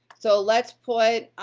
so, let's put.